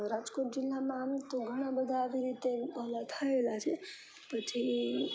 રાજકોટ જિલ્લામાં આમ તો ઘણાં બધાં આવી રીતે ઓલા થયેલાં છે પછી